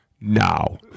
now